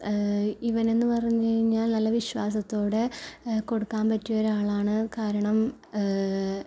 ഇവനെന്നു പറഞ്ഞു കഴിഞ്ഞാൽ നല്ല വിശ്വാസത്തോടെ കൊടുക്കാൻ പറ്റിയ ഒരാളാണ് കാരണം